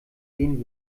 gehen